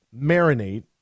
marinate